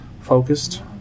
focused